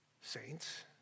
saints